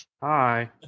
Hi